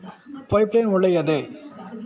Pipe line ಒಳ್ಳೆಯದೇ?